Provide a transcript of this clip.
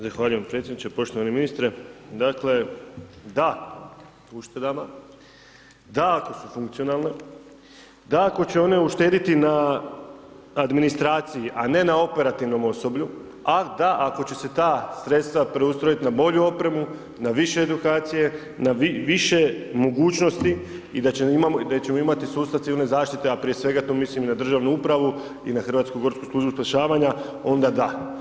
Zahvaljujem predsjedniče, poštovani ministre, dakle da uštedama, da ako su funkcionalne, da ako će one uštedjeti na administraciji, a ne na operativnom osoblju, a da ako će se ta sredstava preustrojit na bolju opremu, na više edukacije, na više mogućnosti i da ćemo imati sustav civilne zaštite, a prije svega to mislim na Državnu upravu i Hrvatsku gorsku službu spašavanja, onda da.